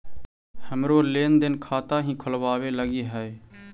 हमरो लेन देन खाता हीं खोलबाबे लागी हई है